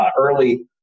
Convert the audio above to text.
early